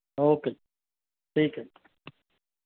okay ਜੀ ਠੀਕ ਹੈ